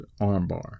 armbar